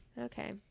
Okay